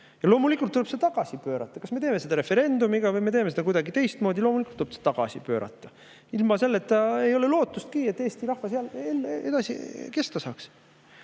Loomulikult tuleb see tagasi pöörata. Kas me teeme seda referendumiga või me teeme seda kuidagi teistmoodi, aga loomulikult tuleb see tagasi pöörata. Ilma selleta ei ole lootustki, et eesti rahvas edasi kesta saaks.